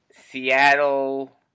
Seattle